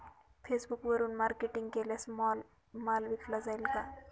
फेसबुकवरुन मार्केटिंग केल्यास माल विकला जाईल का?